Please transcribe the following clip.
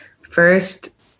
First